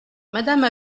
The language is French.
madame